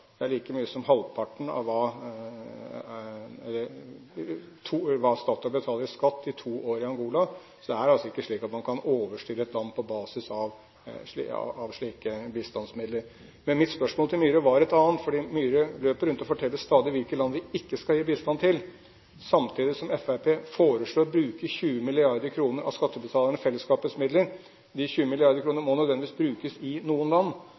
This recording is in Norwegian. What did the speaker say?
Det er like mye som halvparten av hva Statoil betaler i skatt i to år i Angola. Det er altså ikke slik at man kan overstyre et land på basis av slike bistandsmidler. Men mitt spørsmål til Myhre var et annet fordi Myhre løper rundt og forteller stadig hvilke land vi ikke skal gi bistand til, samtidig som Fremskrittspartiet foreslår å bruke 20 mrd. kr av skattebetalernes og fellesskapets midler. De 20 milliarder kronene må nødvendigvis brukes i noen land.